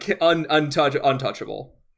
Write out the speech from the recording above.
untouchable